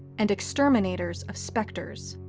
and exterminators of spectres.